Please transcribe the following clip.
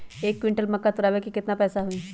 एक क्विंटल मक्का तुरावे के केतना पैसा होई?